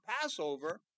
Passover